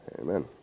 Amen